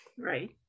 right